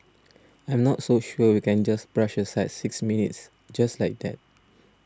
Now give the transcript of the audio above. I'm not so sure we can just brush aside six minutes just like that